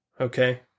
okay